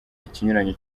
ikinyuranyo